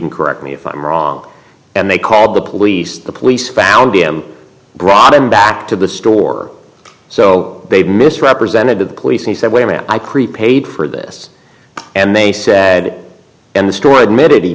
can correct me if i'm wrong and they called the police the police found him brought him back to the store so they misrepresented to the police and said wait a minute i creep paid for this and they said and the store admit